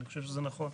אני חושב שזה נכון.